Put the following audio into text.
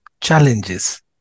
challenges